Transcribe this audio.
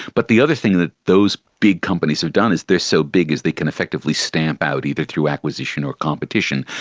but the other thing that those big companies have done is they are so big they can effectively stamp out, either through acquisition or competition,